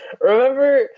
Remember